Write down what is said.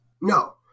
No